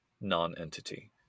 non-entity